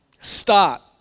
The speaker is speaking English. Start